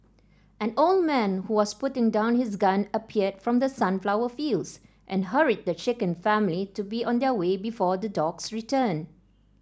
an old man who was putting down his gun appeared from the sunflower fields and hurried the shaken family to be on their way before the dogs return